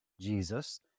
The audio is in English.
Jesus